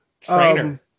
trainer